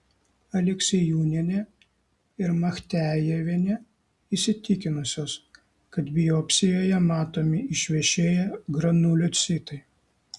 aleksiejūnienė ir machtejevienė įsitikinusios kad biopsijoje matomi išvešėję granuliocitai